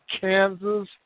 Kansas